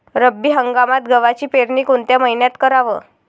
रब्बी हंगामात गव्हाची पेरनी कोनत्या मईन्यात कराव?